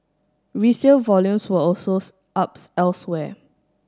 resale volumes were also up elsewhere